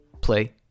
play